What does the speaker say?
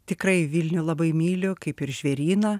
tikrai vilnių labai myliu kaip ir žvėryną